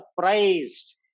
surprised